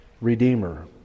Redeemer